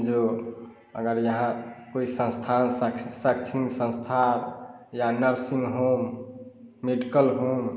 जो अगर यहाँ कोई संस्थान शैक्ष शैक्षणिक संस्था या नर्सिंग होम मेडिकल होम